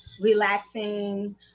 relaxing